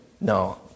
no